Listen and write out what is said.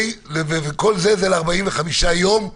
וכל זה זה עד 45 יום.